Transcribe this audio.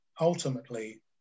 ultimately